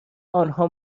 آنها